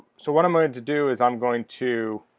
so what i'm going to do is i'm going to